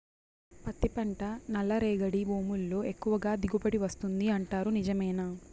పత్తి పంట నల్లరేగడి భూముల్లో ఎక్కువగా దిగుబడి వస్తుంది అంటారు నిజమేనా